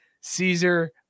Caesar